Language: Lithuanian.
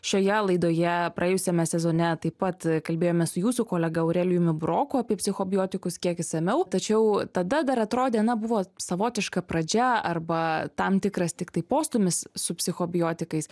šioje laidoje praėjusiame sezone taip pat kalbėjome su jūsų kolega aurelijumi buroku apie psichobiotikus kiek išsamiau tačiau tada dar atrodė na buvo savotiška pradžia arba tam tikras tiktai postūmis su psichobiotikais